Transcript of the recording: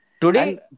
Today